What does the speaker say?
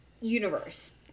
universe